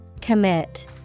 Commit